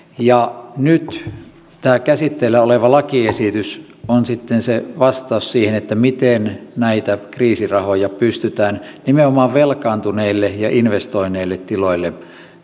ja nyt tämä käsitteillä oleva lakiesitys on sitten se vastaus siihen miten näitä kriisirahoja pystytään nimenomaan velkaantuneille ja investoineille tiloille